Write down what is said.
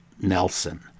Nelson